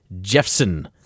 Jeffson